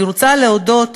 אני רוצה להודות